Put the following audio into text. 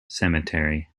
cemetery